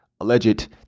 alleged